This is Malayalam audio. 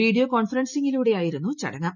വീഡിയോ കോൺഫറൻസിംഗിലൂടെയായിരുന്നു ചടങ്ങ്